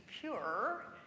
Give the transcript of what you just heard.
pure